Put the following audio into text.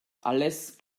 alles